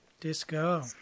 Disco